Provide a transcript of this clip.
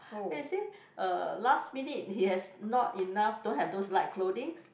they say uh last minute he has not enough don't have those light clothings